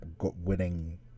winning